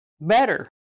better